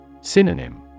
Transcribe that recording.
Synonym